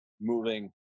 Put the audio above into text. moving